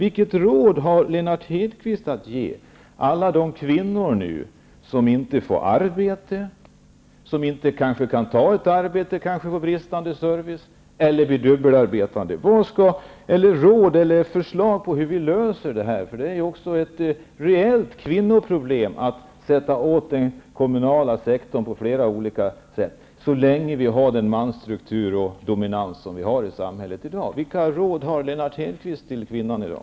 Vilket råd har Lennart Hedquist att ge alla de kvinnor som inte får arbete eller som inte kan ta ett arbete på grund av bristande service eller som måste dubbelarbeta? Vilka förslag har Lennart Hedquist för att lösa sådana problem? Det skapas reella problem för kvinnorna, om man sätter åt den kommunala sektorn på flera olika sätt, så som man gör med den mansdominans som vi nu har i samhället. Vilket råd har Lennart Hedquist till kvinnorna i dag?